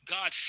God